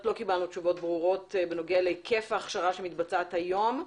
לא קיבלנו תשובות ברורות בנוגע להיקף ההכשרה שמתבצעת היום,